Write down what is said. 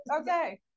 Okay